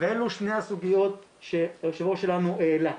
ואלה שתי סוגיות שהיושב ראש שלנו העלה,